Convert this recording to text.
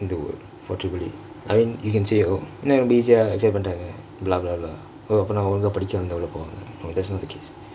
though for triple E I mean you can say oh என்ன இவளோ:enna ivalo easy accept பன்னிட்டாங்க:pannitaangka blah blah blah oh அப்ப நா ஒழுங்க படிக்காமா உள்ள போல:appa naa olungka padikaamaa ulla polaa that's not the case